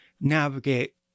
navigate